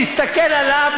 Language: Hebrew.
מסתכל עליו,